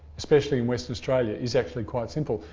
especially in western australia is actually quite simple.